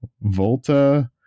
Volta